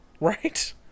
Right